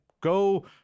Go